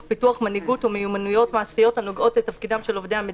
פיתוח מנהיגות ומיומנויות מעשיות הנוגעות לתפקידם של עובדי המדינה.